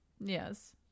yes